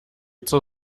zur